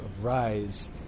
rise